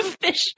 Fish